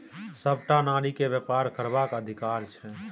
सभटा नारीकेँ बेपार करबाक अधिकार छै